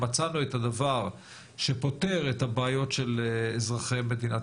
מצאנו את הדבר שפותר את הבעיות של אזרחי מדינת